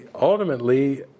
ultimately